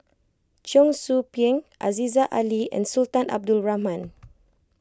Cheong Soo Pieng Aziza Ali and Sultan Abdul Rahman